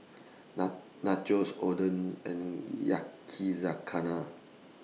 Nachos Oden and Yakizakana